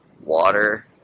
water